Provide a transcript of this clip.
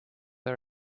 are